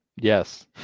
Yes